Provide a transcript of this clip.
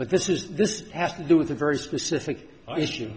but this is this has to do with a very specific issue